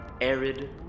arid